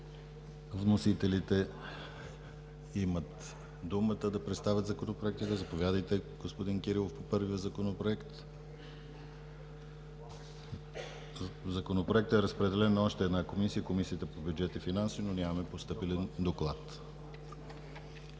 Вносителите имат думата да представят законопроектите. Заповядайте, господин Кирилов, по първия Законопроект. Законопроектът е разпределен на още една Комисия – Комисията по бюджет и финанси, но нямаме постъпил доклад.